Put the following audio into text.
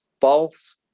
false